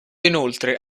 inoltre